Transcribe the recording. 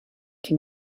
can